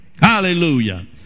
Hallelujah